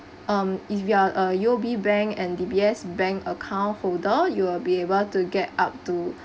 um if you are a U_O_B bank and D_B_S bank account holder you'll be able to get up to